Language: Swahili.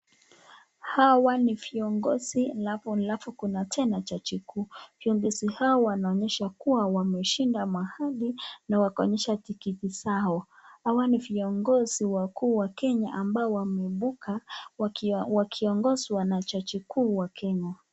Hawa ni viongozi halafu kuna tena jaji mkuu viongozi hawa wanaonyesha kuwa wameshinda mahali na wakaonyesha tikiti zao. Hawa ni viongozi wakuu wa Kenya ambao wameebuka wakiwa wakiongozwa na jaji mkuu wa Kenya.